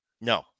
No